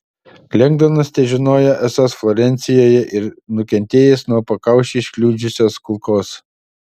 lengdonas težinojo esąs florencijoje ir nukentėjęs nuo pakaušį kliudžiusios kulkos